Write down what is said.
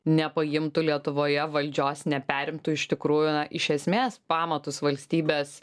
nepaimtų lietuvoje valdžios neperimtų iš tikrųjų iš esmės pamatus valstybės